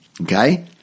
Okay